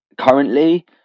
currently